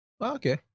Okay